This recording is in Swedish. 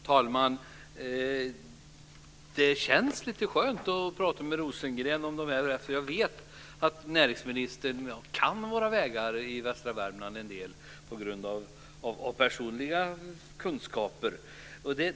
Herr talman! Det känns lite skönt att prata med Rosengren om det här, därför att jag vet att näringsministern kan en del av våra vägar i västra Värmland genom personliga kunskaper.